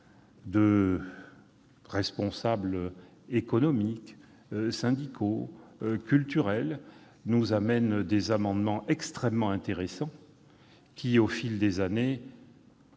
de responsables économiques, syndicaux et culturels nous proposent des amendements très intéressants qui, au fil des années,